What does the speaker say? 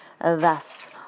Thus